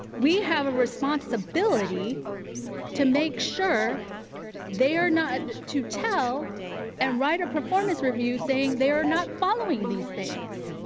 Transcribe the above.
we have a responsibility to make sure they are not to tell and write a performance review saying they are not following these things.